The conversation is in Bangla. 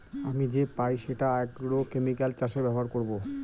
আমি যে পাই সেটা আগ্রোকেমিকাল চাষে ব্যবহার করবো